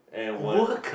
and one